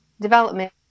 development